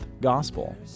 gospel